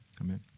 Amen